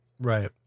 right